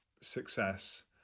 success